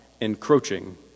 encroaching